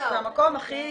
שזה המקום הכי